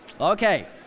Okay